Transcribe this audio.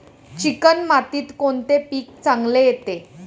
Chicken मातीत कोणते पीक चांगले येते?